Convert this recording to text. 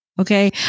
Okay